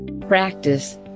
practice